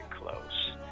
close